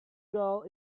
girl